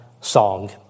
song